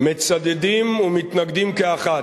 מצדדים ומתנגדים כאחד,